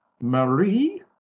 Marie